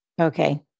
Okay